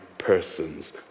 persons